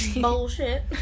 Bullshit